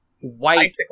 white